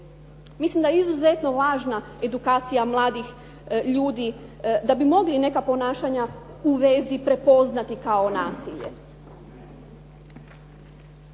Mislim da je izuzetno važna edukacija mladih ljudi da bi mogli neka ponašanja u vezi prepoznati kao nasilje.